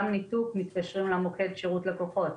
גם לצורך ניתוק מתקשרים למוקד שירות לקוחות,